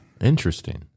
Interesting